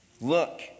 Look